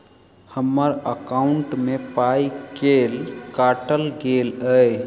हम्मर एकॉउन्ट मे पाई केल काटल गेल एहि